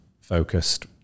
focused